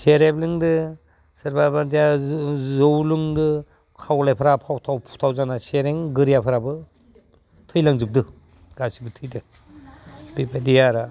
सेरेब लोंदों सोरबा बादिया जौ लोंदों खावलायफ्रा फावथाव फुथाव जानाय सेरें गोरियाफ्राबो थैलां जोबदों गासैबो थैदो बेबायदि आरो